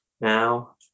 Now